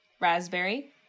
Raspberry